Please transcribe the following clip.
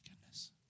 goodness